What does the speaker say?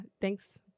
thanks